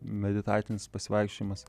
meditacinis pasivaikščiojimas